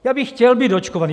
Já bych chtěl být očkovaný.